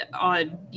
on